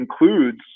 includes